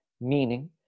meaning